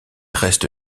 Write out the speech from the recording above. reste